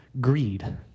greed